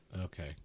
Okay